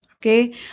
okay